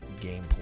gameplay